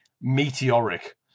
meteoric